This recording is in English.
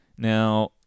Now